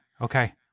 Okay